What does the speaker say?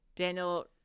Daniel